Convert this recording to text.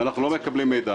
ואנחנו לא מקבלים מידע,